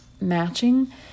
matching